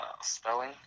spelling